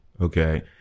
Okay